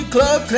Club